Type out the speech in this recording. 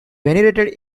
venerated